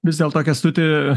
vis dėlto kęstuti